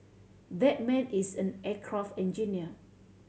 that man is an aircraft engineer